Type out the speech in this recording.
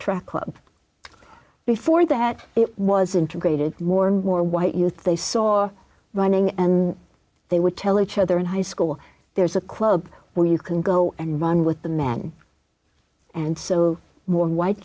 track club before that it was integrated more and more white youth they saw running and they would tell each other in high school there's a club where you can go and run with the men and so more white